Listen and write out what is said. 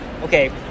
okay